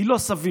כי לא סביר